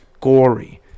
gory